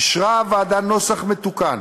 אישרה הוועדה נוסח מתוקן,